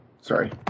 Sorry